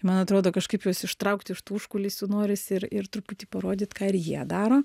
man atrodo kažkaip juos ištraukt iš tų užkulisių norisi ir ir truputį parodyt ką ir jie daro